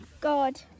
God